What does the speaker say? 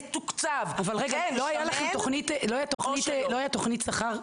מתוקצב --- אבל לא היתה תוכנית שכר,